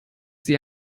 sie